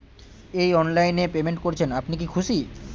এই অনলাইন এ পেমেন্ট করছেন আপনি কি খুশি?